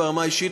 ברמה האישית,